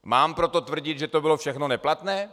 Mám proto tvrdit, že to bylo všechno neplatné?